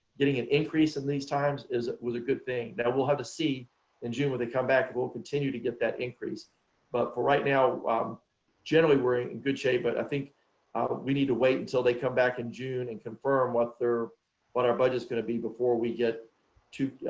getting an increase in these times is was a good thing. that we'll have to see in june, when they come back and we'll continue to get that increase but for right now generally we're in good shape but i think ah but we need to wait until they come back in june and confirm what our budgets going to be before we get to